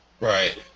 Right